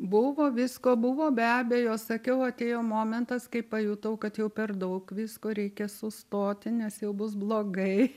buvo visko buvo be abejo sakiau atėjo momentas kai pajutau kad jau per daug visko reikia sustoti nes jau bus blogai